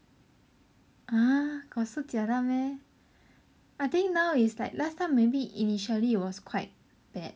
ah got so jialat meh I think now is like last time maybe initially was quite bad